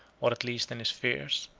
or at least in his fears.